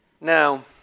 Now